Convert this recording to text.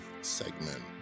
segment